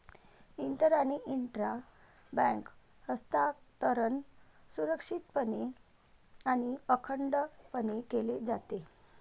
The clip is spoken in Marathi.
इंटर आणि इंट्रा बँक हस्तांतरण सुरक्षितपणे आणि अखंडपणे केले जाते